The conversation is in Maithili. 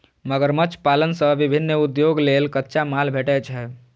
मगरमच्छ पालन सं विभिन्न उद्योग लेल कच्चा माल भेटै छै